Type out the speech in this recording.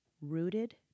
rooted